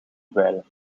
dweilen